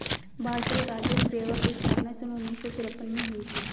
भारतीय राजस्व सेवा की स्थापना सन उन्नीस सौ तिरपन में हुई थी